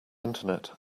internet